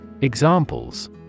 Examples